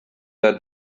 their